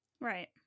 right